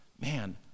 man